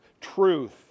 truth